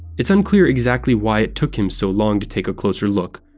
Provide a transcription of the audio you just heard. it's unclear exactly why it took him so long to take a closer look.